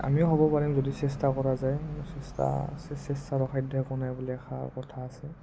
আমিও হ'ব পাৰিম যদি চেষ্টা কৰা যায় চেষ্টা চেষ্টা অসাধ্য় একো নাই বুলি এষাৰ কথা আছে